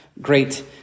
great